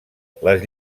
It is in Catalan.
les